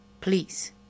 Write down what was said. Please